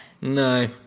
No